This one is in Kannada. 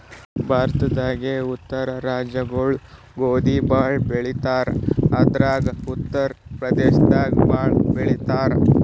ಭಾರತದಾಗೇ ಉತ್ತರ ರಾಜ್ಯಗೊಳು ಗೋಧಿ ಬೆಳಿ ಭಾಳ್ ಬೆಳಿತಾರ್ ಅದ್ರಾಗ ಉತ್ತರ್ ಪ್ರದೇಶದಾಗ್ ಭಾಳ್ ಬೆಳಿತಾರ್